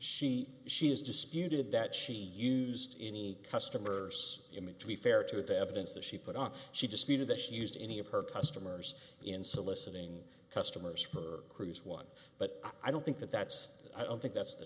she she has disputed that she used any customer's image to be fair to the evidence that she put on she disputed that she used any of her customers in soliciting customers for cruise one but i don't think that that's i don't think that's the